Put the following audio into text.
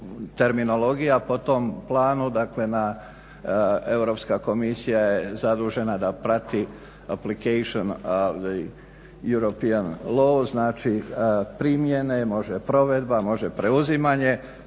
terminologija po tom planu, dakle Europska komisija je zadužena da prati aplictation european law, znači primjene, može provedba, može preuzimanje